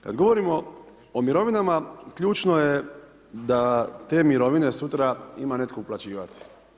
Kada govorimo o mirovinama ključno je da te mirovine sutra ima netko uplaćivati.